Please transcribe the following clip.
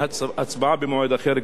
הצבעה במועד אחר,